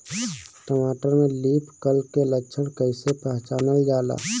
टमाटर में leaf curl के लक्षण कइसे पहचानल जाला?